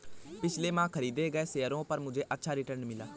पिछले माह खरीदे गए शेयरों पर मुझे अच्छा रिटर्न मिला